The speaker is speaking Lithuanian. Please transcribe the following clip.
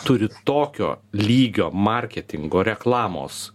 turi tokio lygio marketingo reklamos